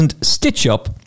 stitch-up